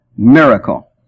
miracle